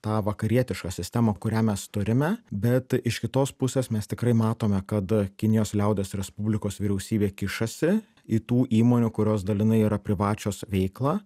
tą vakarietišką sistemą kurią mes turime bet iš kitos pusės mes tikrai matome kad kinijos liaudies respublikos vyriausybė kišasi į tų įmonių kurios dalinai yra privačios veiklą